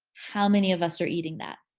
how many of us are eating that?